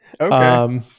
Okay